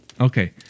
Okay